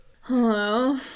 Hello